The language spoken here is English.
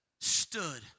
Stood